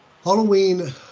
Halloween